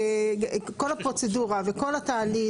כל הפרוצדורה וכל התהליך,